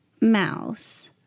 Mouse